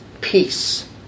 peace